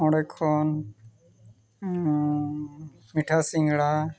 ᱚᱸᱰᱮ ᱠᱷᱚᱱ ᱢᱤᱴᱷᱟ ᱥᱤᱸᱜᱟᱹᱲᱟ